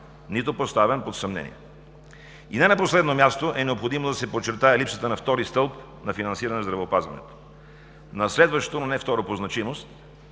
нито поставен под съмнение. И не на последно място е необходимо да се подчертае липсата на втори стълб на финансиране в здравеопазването. На следващо, но не второ по значимост,